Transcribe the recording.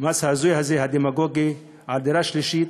המס ההזוי הזה, הדמגוגי, על דירה שלישית,